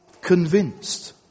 convinced